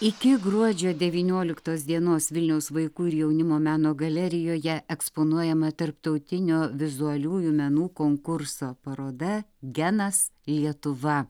iki gruodžio devynioliktos dienos vilniaus vaikų ir jaunimo meno galerijoje eksponuojama tarptautinio vizualiųjų menų konkurso paroda genas lietuva